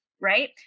right